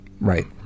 Right